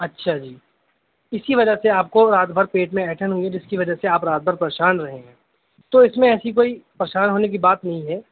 اچھا جی اسی وجہ سے آپ کو رات بھر پیٹ میں اینٹھن ہو گئی جس کی وجہ سے آپ رات بھر پریشان رہے ہیں تو اس میں ایسی کوئی پریشان ہونے کی بات نہیں ہے